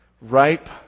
Ripe